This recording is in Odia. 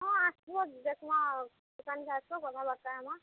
ହଁ ଆସ୍ବ ଦେଖ୍ମା ଦୋକାନ୍କେ ଆସ କଥାବାର୍ତ୍ତା ହେମା